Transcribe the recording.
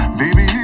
baby